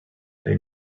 they